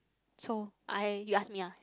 so I you ask me ah